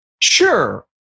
Sure